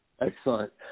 Excellent